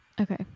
Okay